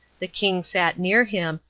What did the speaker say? the king sat near him,